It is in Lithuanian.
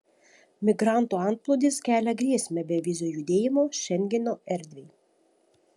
migrantų antplūdis kelia grėsmę bevizio judėjimo šengeno erdvei